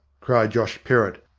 cried josh perrott,